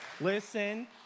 listen